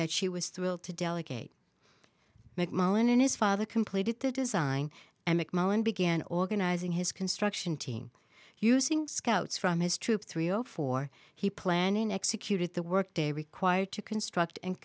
that she was thrilled to delegate mcmullin and his father completed the design and mcmullan began organizing his construction team using scouts from his troop three zero four he planning executed the work day required to construct and